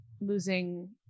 losing